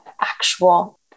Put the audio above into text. actual